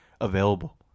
available